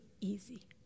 easy